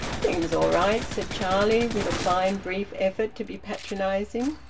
seems all right, said charlie, with a fine brief effort to be patronising.